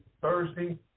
Thursday